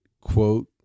quote